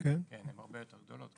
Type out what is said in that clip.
כן, הן הרבה יותר גדולות.